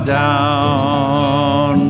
down